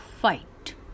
fight